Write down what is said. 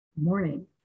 Morning